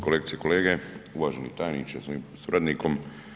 Kolegice i kolege, uvaženi tajniče sa svojim suradnikom.